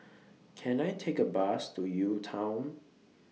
Can I Take A Bus to UTown